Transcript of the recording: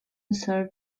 served